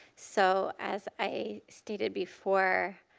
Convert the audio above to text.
so as i stated before,